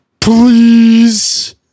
Please